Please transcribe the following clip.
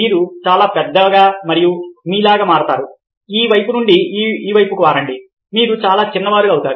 మీరు చాలా పెద్దగా మరియు మీలాగా మారతారు ఈ వైపు నుండి ఈ వైపుకు మారండి మీరు చాలా చిన్నవారు అవుతారు